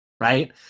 right